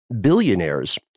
billionaires